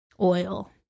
oil